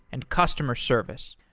and customer service.